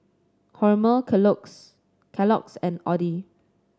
Hormel Kellogg's and Audi